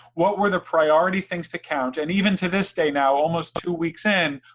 what were the priority things to count? and even to this day now, almost two weeks in,